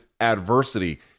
adversity